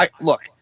Look